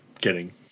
Kidding